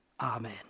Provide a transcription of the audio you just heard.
Amen